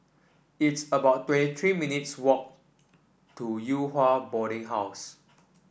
it's about twenty three minutes' walked to Yew Hua Boarding House